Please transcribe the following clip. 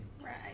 Right